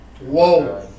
Whoa